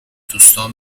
دوستام